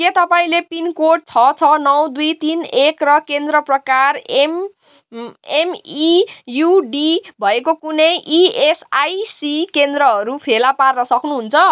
के तपाईँँले पिनकोड छ छ नौ दुई तिन एक र केन्द्र प्रकार एम एमइयुडी भएको कुनै इएसआइसी केन्द्रहरू फेला पार्न सक्नुहुन्छ